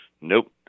nope